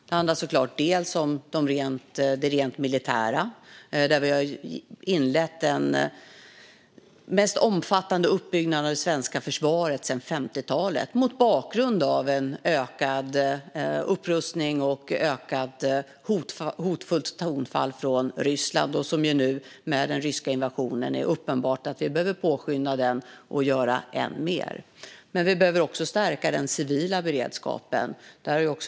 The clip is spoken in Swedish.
Det handlar såklart om det rent militära, där vi har inlett den mest omfattande uppbyggnaden av det svenska försvaret sedan 50-talet, mot bakgrund av en ökad upprustning och ett mer hotfullt tonfall från Ryssland. I och med den ryska invasionen är det nu uppenbart att vi behöver påskynda denna uppbyggnad och göra än mer. Men vi behöver också stärka den civila beredskapen.